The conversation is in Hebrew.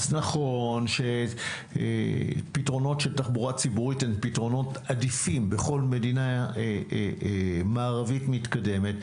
אז נכון שפתרונות של תחבורה ציבורית הם עדיפים בכל מדינה מערבית מתקדמת.